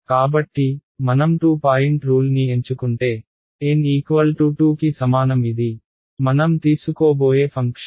కాబట్టి మనం 2 పాయింట్ రూల్ని ఎంచుకుంటే N 2 కి సమానం ఇది మనం తీసుకోబోయే ఫంక్షన్